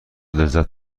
لذت